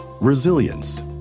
Resilience